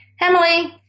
Emily